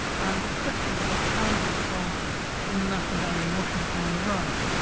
and especially the outstanding example in the national gallery in washington on the right,